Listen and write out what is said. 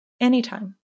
anytime